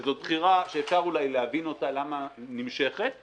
שזאת בחירה שאפשר אולי להבין למה היא נמשכת,